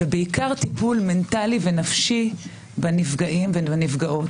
ובעיקר טיפול מנטלי ונפשי בנפגעים ובנפגעות.